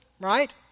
right